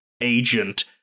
agent